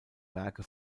werke